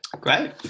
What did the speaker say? Great